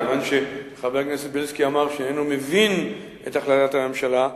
כיוון שחבר הכנסת בילסקי אמר שהוא איננו מבין את החלטת הממשלה,